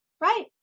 Right